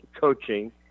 coaching –